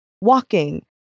walking